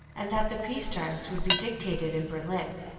and that the peace terms would be dictated in berlin.